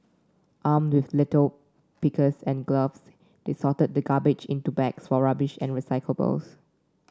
armed with litter pickers and gloves they sorted the garbage into bags for rubbish and recyclables